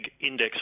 index